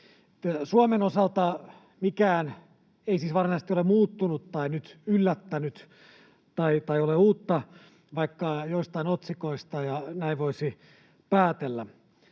Suomen osalta mikään ei siis varsinaisesti ole muuttunut tai nyt yllättänyt tai ole uutta, vaikka jostain otsikoista näin voisi päätellä.